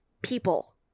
people